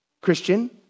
Christian